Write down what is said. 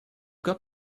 got